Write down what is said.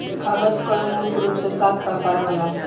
कागज कअ मुख्य रूप से सात प्रकार होला